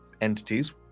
entities